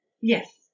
yes